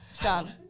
Done